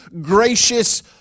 gracious